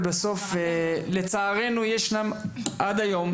לצערנו יש עד היום,